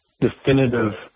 definitive